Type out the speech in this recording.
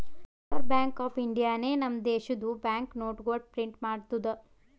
reserve bank of ಇಂಡಿಯಾನೆ ನಮ್ ದೇಶದು ಬ್ಯಾಂಕ್ ನೋಟ್ಗೊಳ್ ಪ್ರಿಂಟ್ ಮಾಡ್ತುದ್